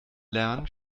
lernen